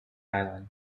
island